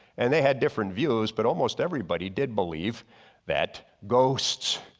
and they had different views but almost everybody did believe that ghosts,